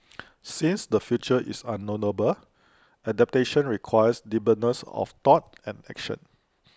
since the future is unknowable adaptation requires nimbleness of thought and action